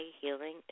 healing